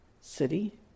city